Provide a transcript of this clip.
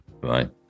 Right